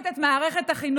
4: